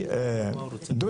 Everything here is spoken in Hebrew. של הפגת